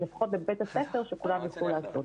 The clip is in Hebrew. אז לפחות בבית הספר שכולם יוכלו לעשות.